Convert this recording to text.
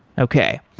okay.